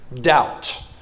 Doubt